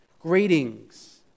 Greetings